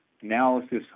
analysis